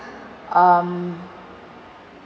um